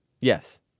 Yes